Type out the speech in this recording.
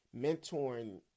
mentoring